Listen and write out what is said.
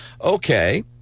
okay